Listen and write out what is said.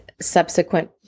subsequent